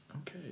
okay